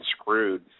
screwed